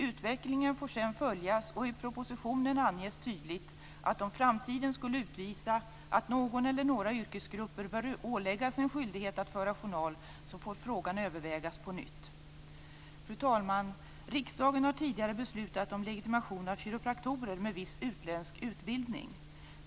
Utvecklingen får sedan följas, och i propositionen anges att om framtiden skulle utvisa att någon eller några yrkesgrupper bör åläggas en skyldighet att föra journal får frågan övervägas på nytt. Fru talman! Riksdagen har tidigare beslutat om legitimation av kiropraktorer med viss utländsk utbildning.